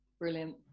Brilliant